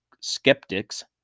skeptics